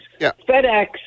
FedEx